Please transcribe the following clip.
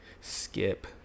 Skip